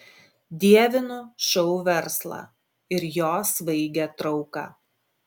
dievinu šou verslą ir jo svaigią trauką